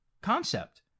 concept